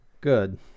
good